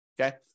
Okay